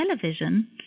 television